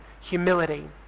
humility